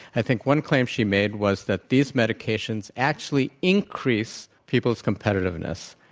i think one claim she made was that these medications actually increase people's competitiveness.